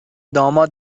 داماد